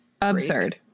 Absurd